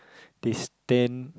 they stand